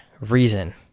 reason